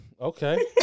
Okay